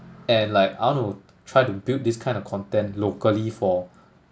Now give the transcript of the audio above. and like I want to try to build this kind of content locally for